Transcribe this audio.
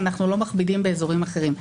אנחנו לא מכבידים באזורים אחרים.